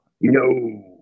No